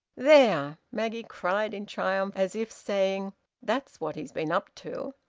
there! maggie cried, in triumph, as if saying that's what he's been up to!